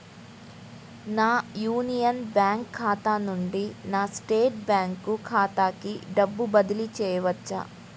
నా Union Bank ఖాతా నుండి నా స్టేట్ బ్యాంకు ఖాతాకి డబ్బు బదిలి చేయవచ్చా?